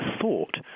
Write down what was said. thought